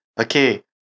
Okay